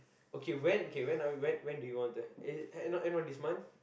okay when okay when are we when when do you to have eh no end of this month